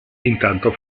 intanto